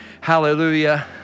Hallelujah